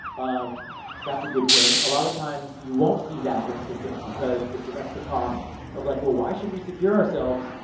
um that's a good thing. a lot of time, you won't see that in systems, because it's an extra cost of like, well, why should we secure ourselves?